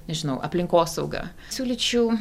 nežinau aplinkosaugą siūlyčiau